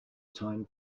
time